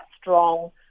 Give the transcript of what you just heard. strong